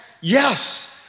yes